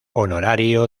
honorario